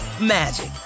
magic